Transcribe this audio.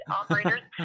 operators